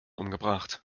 umgebracht